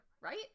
Right